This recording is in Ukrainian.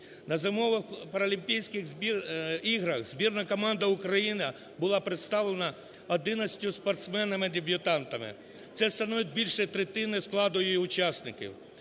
На Зимових паралімпійських іграх збірна команда України була представлена одинадцятьма спортсменами-дебютантами. Це становить більше третини складу її учасників.